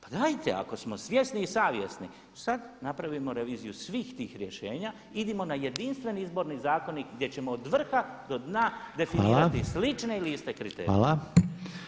Pa dajte ako smo svjesni i savjesni sad napravimo reviziju svih tih rješenja, idimo na jedinstveni izborni zakonik gdje ćemo od vrha do dna definirati slične ili iste kriterije.